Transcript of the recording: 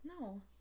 No